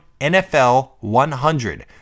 NFL100